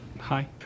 Hi